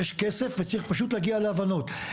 יש כסף וצריך פשוט להגיע להבנות.